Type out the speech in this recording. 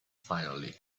finally